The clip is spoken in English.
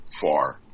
far